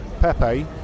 Pepe